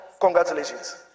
Congratulations